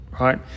Right